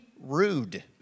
rude